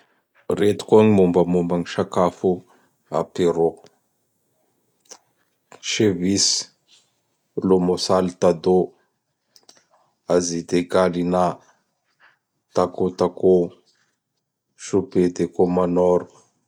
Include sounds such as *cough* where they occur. *noise* Reto koa gn mombamomban gn Sakafo a Perou: *noise* Sevis, Lômôsaltadô, *noise* Azite Kalina, Takôtakô, Sôpé de Kômanôr.